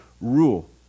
rule